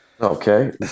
Okay